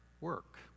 work